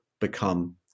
become